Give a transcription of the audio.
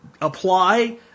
apply